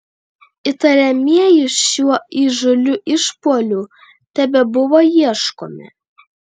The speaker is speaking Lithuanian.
įtariamieji šiuo įžūliu išpuoliu tebebuvo ieškomi